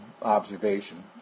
observation